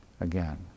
again